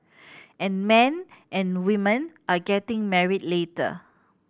and men and women are getting married later